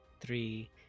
three